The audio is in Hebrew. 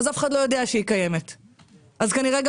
אף אחד לא יודע שהיא קיימת וכנראה גם